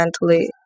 mentally